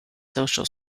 social